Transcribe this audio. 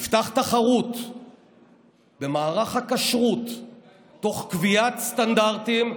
נפתח תחרות במערך הכשרות תוך קביעת סטנדרטים,